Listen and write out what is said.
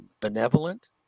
benevolent